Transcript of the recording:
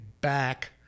back